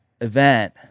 event